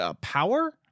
power